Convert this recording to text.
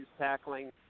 tackling